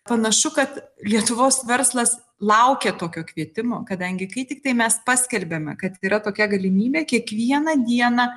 panašu kad lietuvos verslas laukia tokio kvietimo kadangi kai tiktai mes paskelbėme kad yra tokia galimybė kiekvieną dieną